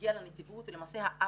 שהגיע לנציבות הוא למעשה האפטרשוק,